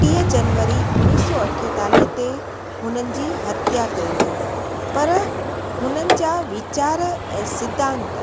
टीह जनवरी उणिवीह सौ अठेतालीह ते हुननि जी हत्या कई वई पर हुननि जा वीचार ऐं सिद्धांत